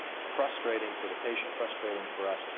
frustrating for the patient, frustrating for us,